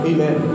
Amen